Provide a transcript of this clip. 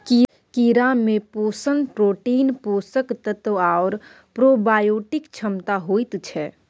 कीड़ामे पोषण प्रोटीन, पोषक तत्व आओर प्रोबायोटिक क्षमता होइत छै